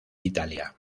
italia